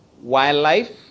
wildlife